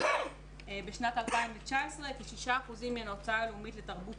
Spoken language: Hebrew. בשנת 2019 כ-6% מן ההוצאה הלאומית לתרבות,